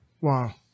Wow